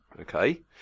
Okay